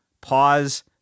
pause